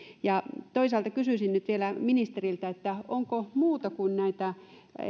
toisaalta kysyisin nyt vielä ministeriltä onko muunlaisia tukia kuin näitä